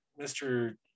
Mr